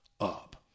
up